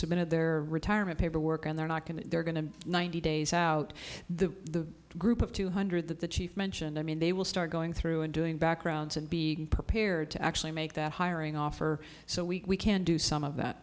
submitted their retirement paperwork and they're not going to they're going to be ninety days out the group of two hundred that the chief mentioned i mean they will start going through and doing backgrounds and be prepared to actually make that hiring offer so we can do some of that